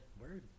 Word